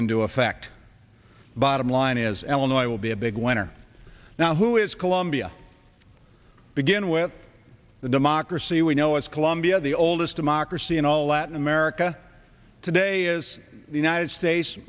into effect bottom line is ellen oil will be a big winner now who is colombia begin with the democracy we know is colombia the oldest democracy in all latin america today is the united states